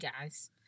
guys